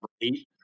eight